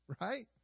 right